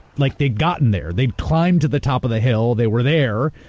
like they'd gotten there. they'd climbed to the top of the hill, they were there.